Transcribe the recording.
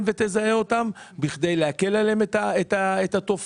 ותזהה אותם וזאת כדי להקל עליהם את התופעה.